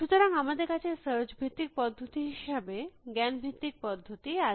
সুতরাং আমাদের কাছে সার্চ ভিত্তিক পদ্ধতি হিসাবে জ্ঞান ভিত্তিক পদ্ধতি আছে